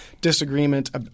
disagreement